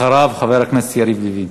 אחריו, חבר הכנסת יריב לוין.